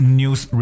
news